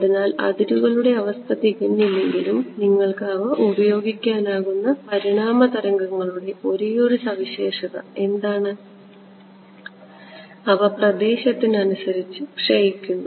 അതിനാൽ അതിരുകളുടെ അവസ്ഥ തികഞ്ഞില്ലെങ്കിലും നിങ്ങൾക്ക് അവ ഉപയോഗിക്കാനാകുന്ന പരിണാമ തരംഗങ്ങളുടെ ഒരേയൊരു സവിശേഷത എന്താണ് അവ പ്രദേശത്തിന് അനുസരിച്ച് ക്ഷയിക്കുന്നു